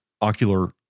ocular